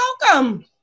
welcome